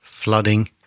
Flooding